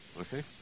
Okay